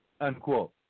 unquote